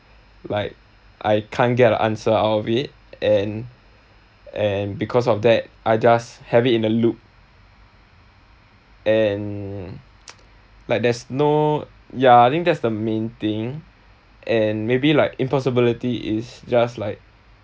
like I can't get the answer out of it and and because of that I just have it in a loop and like there's no ya I think that's the main thing and maybe like impossibility is just like